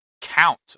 count